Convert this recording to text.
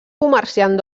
comerciant